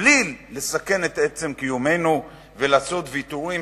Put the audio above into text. בו בלי לסכן את עצם קיומנו ולעשות ויתורים